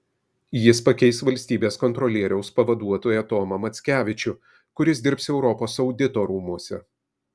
jis pakeis valstybės kontrolieriaus pavaduotoją tomą mackevičių kuris dirbs europos audito rūmuose